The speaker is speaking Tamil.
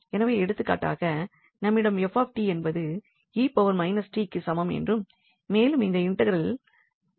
எனவே எடுத்துக்காட்டாக நம்மிடம் 𝑓𝑡 என்பது 𝑒−𝑡க்கு சமம் என்றும் மேலும் இந்த இன்டெக்ரல் காணவொலுஷன் இன்டெக்ரலாகவும் உள்ளது